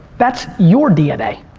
that's your dna.